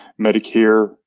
Medicare